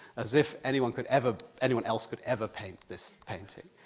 as if anyone could ever, anyone else could ever paint this painting.